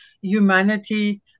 humanity